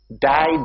Died